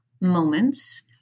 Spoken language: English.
moments